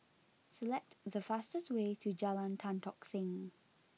select the fastest way to Jalan Tan Tock Seng